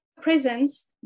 presence